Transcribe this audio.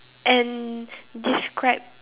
and describe